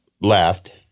left